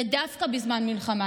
ודווקא בזמן מלחמה.